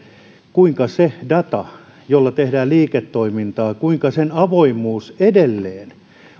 kuinka sen datan jolla tehdään liiketoimintaa avoimuus edelleen on